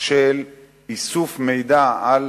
של איסוף מידע על